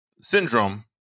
syndrome